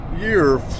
year